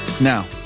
Now